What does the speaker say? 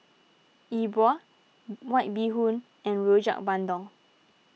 E Bua White Bee Hoon and Rojak Bandung